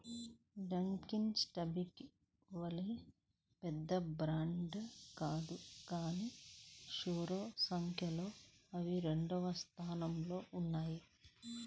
Dunkin Starbucks వలె పెద్ద brand కాదు కానీ స్టోర్ల సంఖ్యలో అవి రెండవ స్థానంలో ఉన్నాయి